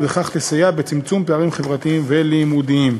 ובכך תסייע בצמצום פערים חברתיים ולימודיים.